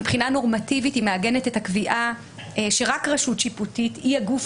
מבחינה נורמטיבית היא מעגנת את הקביעה שרק רשות שיפוטית היא הגוף